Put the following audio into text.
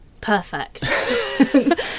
Perfect